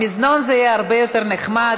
במזנון זה יהיה הרבה יותר נחמד,